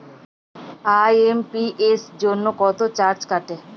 IMPS জন্য কত charge কাটে?